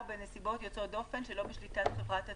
בנסיבות יוצאות דופן שלא בשליטת חברת התעופה.